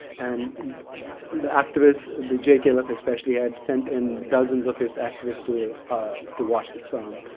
and the activists the jklf especially had sent in dozens of its activists to ah to watch this film.